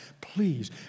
please